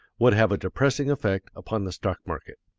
would have a depressing effect upon the stock market.